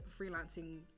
freelancing